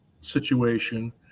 situation